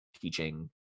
teaching